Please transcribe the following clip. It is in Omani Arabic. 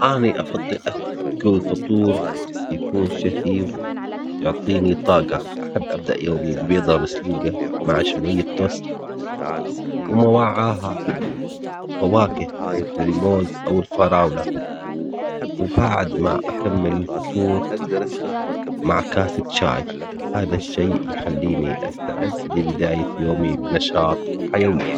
أني أفضل آكل فطور يكون شهي ويعطيني طاقة أحب أبدأ يومي ببيضة مسلوقة مع شوية توست ومعاها فواكه مثل الموز أو الفراولة، وبعد ما أكمل الفطور مع كاسة شاي هذا الشي يخليني أستعد لبداية يومي بنشاط وحيوية.